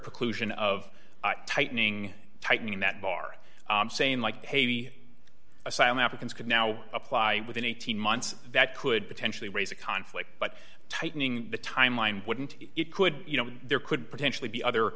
preclusion of tightening tightening that bar saying like haiti asylum africans could now apply within eighteen months that could potentially raise a conflict but tightening the timeline wouldn't it could you know there could potentially be other